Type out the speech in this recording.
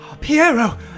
Piero